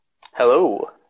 Hello